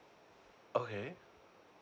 okay